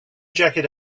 jacket